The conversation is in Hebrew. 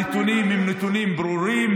הנתונים הם נתונים ברורים,